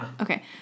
Okay